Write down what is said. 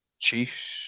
Chiefs